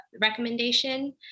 recommendation